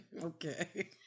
Okay